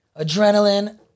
adrenaline